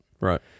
Right